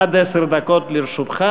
עד עשר דקות לרשותך.